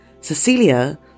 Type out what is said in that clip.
Cecilia